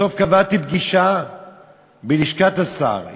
בסוף קבעתי פגישה בלשכת השר,